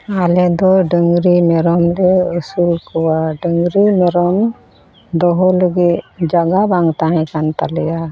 ᱟᱞᱮ ᱫᱚ ᱰᱟᱹᱝᱨᱤ ᱢᱮᱨᱚᱢ ᱞᱮ ᱟᱹᱥᱩᱞ ᱠᱚᱣᱟ ᱰᱟᱹᱝᱨᱤ ᱢᱮᱨᱚᱢ ᱫᱚᱦᱚ ᱞᱟᱹᱜᱤᱫ ᱡᱟᱜᱟ ᱵᱟᱝ ᱛᱟᱦᱮᱸ ᱠᱟᱱ ᱛᱟᱞᱮᱭᱟ